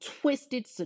twisted